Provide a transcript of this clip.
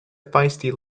feisty